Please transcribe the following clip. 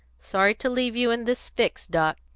sorry to leave you in this fix, doc.